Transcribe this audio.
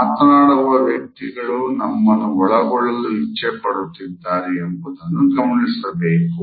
ಮಾತನಾಡುವ ವ್ಯಕ್ತಿಗಳು ನಿಮ್ಮನ್ನ ಒಳಗೊಳ್ಳಲು ಇಚ್ಛೆ ಪಡುತ್ತಿದ್ದಾರೆ ಎಂಬುದನ್ನು ಗಮನಿಸಬೇಕು